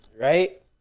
right